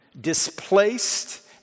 displaced